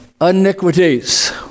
iniquities